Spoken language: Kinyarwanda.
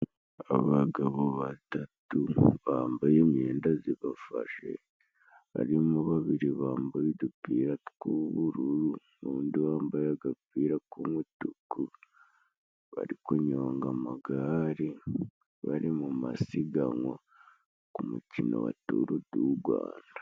Abagabo batatu bambaye imyenda zibafashe, barimo babiri bambaye udupira tw'ubururu n'undi wambaye agapira k'umutuku bari kunyonga amagare, bari mu masiganwa ku mukino wa turu du rwanda.